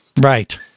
Right